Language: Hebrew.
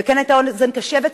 וכן היתה אוזן קשבת.